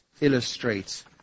illustrates